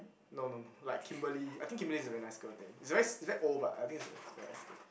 no no no like Kimberly I think Kimberly is a very nice girl name is very is very old but I think it's a very nice name